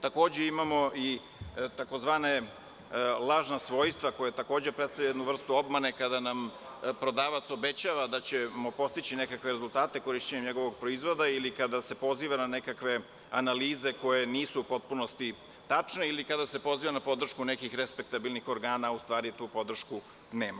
Takođe imamo i tzv. lažna svojstva koja predstavljaju jednu vrstu obmane kada nam prodavac obećava da ćemo postići neke rezultate korišćenjem njegovog proizvoda ili kada se poziva na nekakve analize koje nisu u potpunosti tačne ili kada se poziva na podršku nekih respektabilnih organa, a u stvari tu podršku nema.